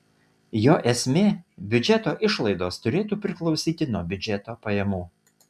jo esmė biudžeto išlaidos turėtų priklausyti nuo biudžeto pajamų